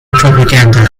propaganda